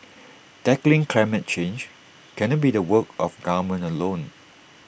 tackling climate change cannot be the work of government alone